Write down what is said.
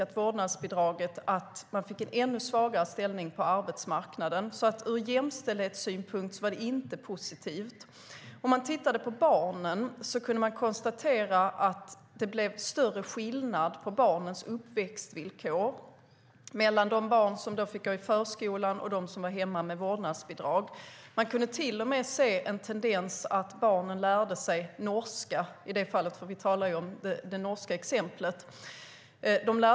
Det ledde till att de fick en ännu svagare ställning på arbetsmarknaden. Ur jämställdhetssynpunkt var det inte positivt. När det gäller barnen kunde man konstatera att det blev större skillnad i uppväxtvillkoren mellan de barn som fick gå i förskolan och dem med en förälder som var hemma med vårdnadsbidrag. Man kunde till och med se en tendens till att barnen lärde sig norska sämre - vi talar om det norska exemplet.